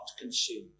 consumed